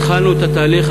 התחלנו את התהליך,